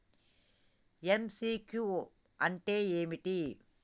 MCQ అంటే ఏమిటి?